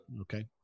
Okay